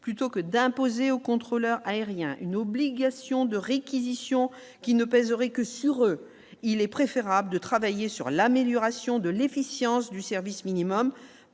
plutôt que d'imposer aux contrôleurs aériens, une obligation de réquisition qui ne pèserait que sur, il est préférable de travailler sur l'amélioration de l'efficience du service minimum